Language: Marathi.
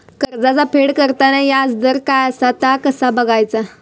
कर्जाचा फेड करताना याजदर काय असा ता कसा बगायचा?